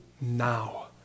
now